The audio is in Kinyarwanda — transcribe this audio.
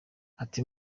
ati